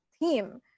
theme